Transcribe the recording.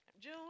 June